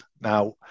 Now